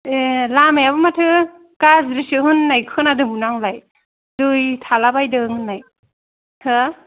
ए लामायाबो माथो गाज्रिसो होननाय खोनादोंमोन आंलाय दै थालाबायदों होननाय हा